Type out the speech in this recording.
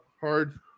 hard